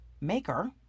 maker